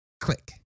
Click